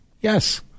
Yes